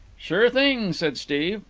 sure thing, said steve.